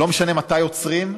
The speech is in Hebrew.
שלא משנה מתי עוצרים,